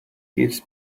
gives